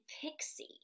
Pixie